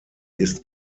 ist